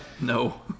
No